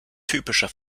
typischer